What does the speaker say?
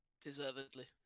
Deservedly